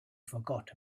forgot